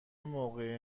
موقع